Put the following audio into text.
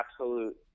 absolute